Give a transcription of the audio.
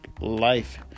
life